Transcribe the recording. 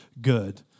good